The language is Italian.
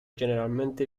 generalmente